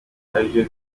aribyo